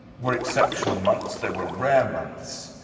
were exceptional months, they were rare months,